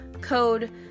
code